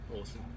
Awesome